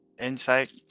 insight